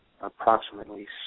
approximately